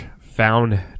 found